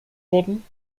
worden